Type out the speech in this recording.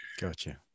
Gotcha